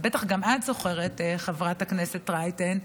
בטח גם את זוכרת, חברת הכנסת רייטן,